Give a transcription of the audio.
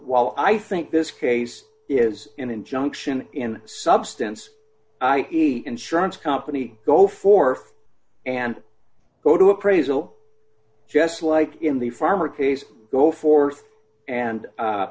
while i think this case is an injunction in substance i e insurance company go forth and go to appraisal just like in the farmer case go forth and